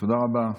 תודה רבה.